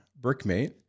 Brickmate